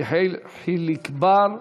יחיאל חיליק בר,